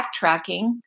backtracking